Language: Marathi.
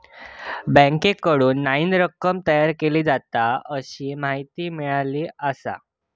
बँकेकडून नईन रक्कम तयार केली जाता, अशी माहिती मिळाली आसा